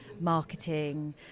marketing